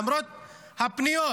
למרות הפניות,